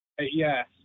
Yes